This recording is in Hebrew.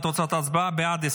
להן תוצאות ההצבעה: בעד,